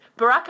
Barack